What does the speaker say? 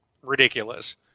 ridiculous